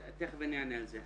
תיכף אני אענה על זה.